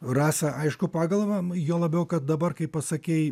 rasa aišku pakalbam juo labiau kad dabar kai pasakei